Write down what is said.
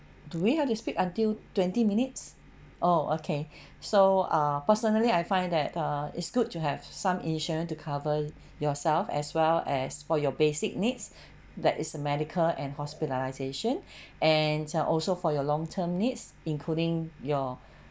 do we have to speak until twenty minutes oh okay so uh personally I find that err it's good to have some insurance to cover yourself as well as for your basic needs that is a medical and hospitalization and also for your long term needs including your